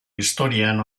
historian